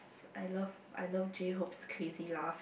I love I love J-Hope's crazy laugh